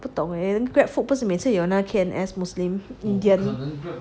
不懂 leh Grab food 不是每次有那个 K_N_S muslim indian